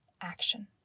action